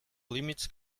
límits